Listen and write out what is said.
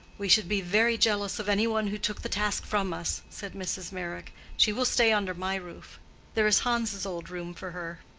we should be very jealous of any one who took the task from us, said mrs. meyrick. she will stay under my roof there is hans's old room for her.